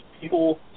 People